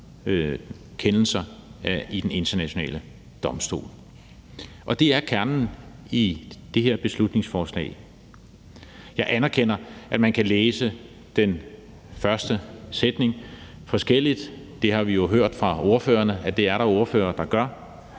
kendelser i Den Internationale Domstol. Det er kernen i det her beslutningsforslag. Jeg anerkender, at man kan læse den første sætning forskelligt. Vi har også hørt fra ordførerne, at det er der ordførere der gør.